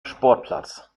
sportplatz